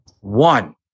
One